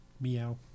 Meow